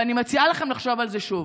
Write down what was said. ואני מציעה לכם לחשוב על זה שוב.